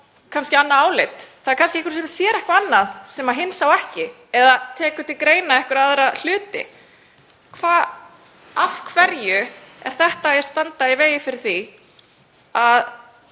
kannski fá annað álit. Það er kannski einhver sem sér eitthvað annað sem hinn sá ekki eða tekur til greina einhverja aðra hluti. Af hverju stendur þetta í vegi fyrir því að